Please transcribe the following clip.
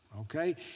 okay